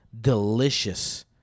delicious